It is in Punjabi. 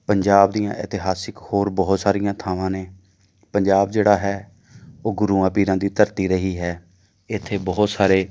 ਪੰਜਾਬ ਦੀਆਂ ਇਤਿਹਾਸਿਕ ਹੋਰ ਬਹੁਤ ਸਾਰੀਆਂ ਥਾਵਾਂ ਨੇ ਪੰਜਾਬ ਜਿਹੜਾ ਹੈ ਉਹ ਗੁਰੂਆਂ ਪੀਰਾਂ ਦੀ ਧਰਤੀ ਰਹੀ ਹੈ ਇੱਥੇ ਬਹੁਤ ਸਾਰੇ